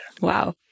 Wow